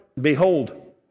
behold